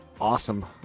awesome